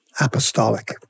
apostolic